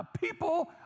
people